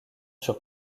sur